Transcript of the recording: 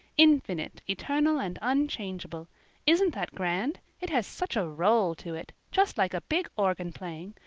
infinite, eternal and unchangeable isn't that grand? it has such a roll to it just like a big organ playing.